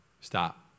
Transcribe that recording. Stop